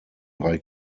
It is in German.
drei